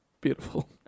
beautiful